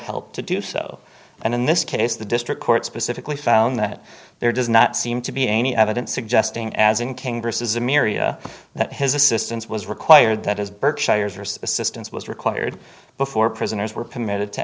help to do so and in this case the district court specifically found that there does not seem to be any evidence suggesting as in king vs a miria that his assistance was required that his berkshire's assistance was required before prisoners were permitted to